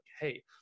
hey